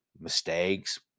mistakes